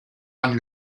anni